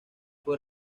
fue